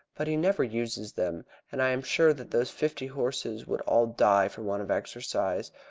but he never uses them, and i am sure that those fifty horses would all die for want of exercise,